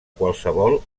qualsevol